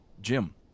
Jim